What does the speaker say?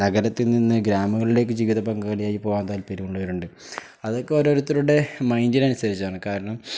നഗരത്തിൽ നിന്ന് ഗ്രാമങ്ങളിലേക്ക് ജീവിതപങ്കാളിയായി പോകാൻ താല്പര്യമുള്ളവരുമുണ്ട് അതൊക്കെ ഓരോരുത്തരുടെ മൈൻഡിനനുസരിച്ചാണ് കാരണം